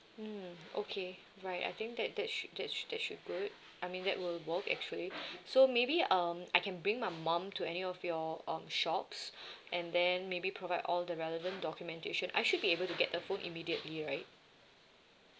mm okay right I think that that should that should that should good I mean that will work actually so maybe um I can bring my mum to any of your um shops and then maybe provide all the relevant documentation I should be able to get the phone immediately right